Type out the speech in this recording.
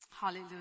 Hallelujah